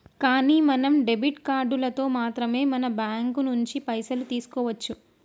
కానీ మనం డెబిట్ కార్డులతో మాత్రమే మన బ్యాంకు నుంచి పైసలు తీసుకోవచ్చు